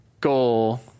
goal